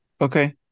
Okay